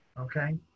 okay